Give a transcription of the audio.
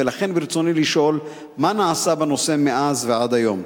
ולכן ברצוני לשאול מה נעשה בנושא מאז ועד היום.